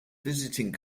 visiting